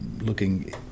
looking